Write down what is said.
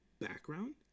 background